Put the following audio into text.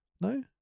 No